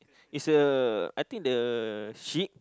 is a I think the sheep